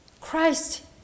Christ